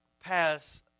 pass